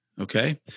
Okay